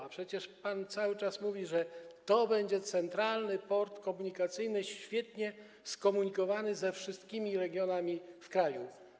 A przecież pan cały czas mówi, że to będzie Centralny Port Komunikacyjny świetnie skomunikowany ze wszystkimi regionami w kraju.